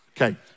Okay